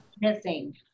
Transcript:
Missing